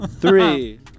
Three